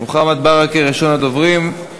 מוחמד ברכה, ראשון הדוברים,